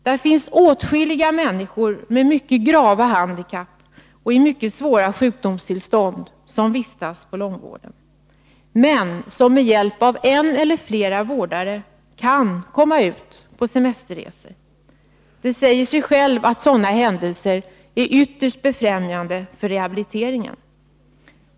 Det finns åtskilliga människor med mycket grava handikapp och i mycket svåra sjukdomstillstånd som vistas på långvården men som med hjälp av en eller flera vårdare kan komma ut på semesterresor. Det säger sig självt att sådana händelser är ytterst främjande för rehabiliteringen.